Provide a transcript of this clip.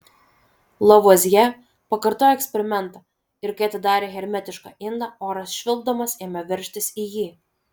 lavuazjė pakartojo eksperimentą ir kai atidarė hermetišką indą oras švilpdamas ėmė veržtis į jį